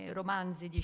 romanzi